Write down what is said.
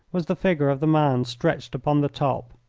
was the figure of the man stretched upon the top.